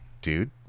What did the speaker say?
dude